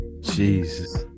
Jesus